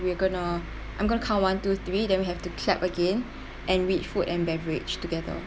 we're going to I'm going to count one two three then we have to clap again and read food and beverage together